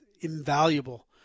invaluable